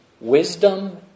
wisdom